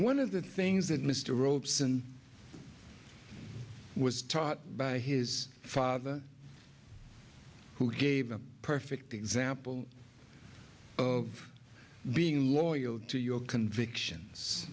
one of the things that mr ropes and i was taught by his father who gave a perfect example of being loyal to your convictions